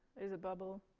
there's a bubble,